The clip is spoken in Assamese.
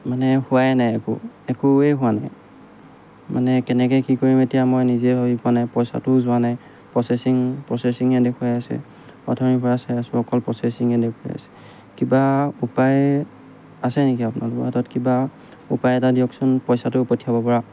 মানে হোৱাই নাই একো একোৱেই হোৱা নাই মানে কেনেকৈ কি কৰিম এতিয়া মই নিজে ভাবি পোৱা নাই পইচাটোও যোৱা নাই প্ৰচেচিং প্ৰচেচিঙে দেখুৱাই আছে অথনিৰপৰা চাই আছোঁ অকল প্ৰচেচিঙে দেখুৱাই আছে কিবা উপায় আছে নেকি আপোনালোকৰ হাতত কিবা উপায় এটা দিয়কচোন পইচাটো পঠিয়াবপৰা